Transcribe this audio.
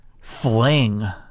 fling